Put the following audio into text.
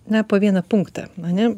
na po vieną punktą ane